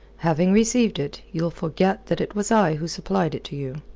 having received it, you'll forget that it was i who supplied it to you.